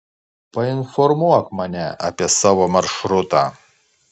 painformuok mane apie savo maršrutą